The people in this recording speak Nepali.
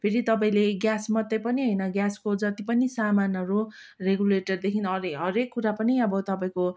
फेरि तपाईँले ग्यास मात्रै पनि होइन ग्यासको जति पनि सामानहरू रेगुलेटरदेखि हरेक कुरा पनि अब तपाईँको